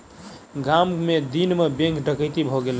गाम मे दिन मे बैंक डकैती भ गेलै